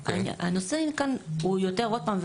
הנושא כאן הוא יותר עוד פעם,